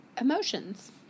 emotions